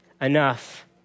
enough